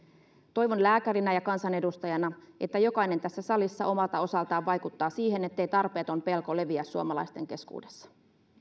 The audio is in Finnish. toivon lääkärinä ja kansanedustajana että jokainen tässä salissa omalta osaltaan vaikuttaa siihen ettei tarpeeton pelko leviä suomalaisten keskuudessa arvoisa